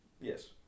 Yes